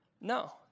No